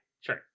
sure